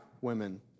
women